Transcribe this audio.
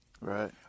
Right